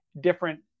different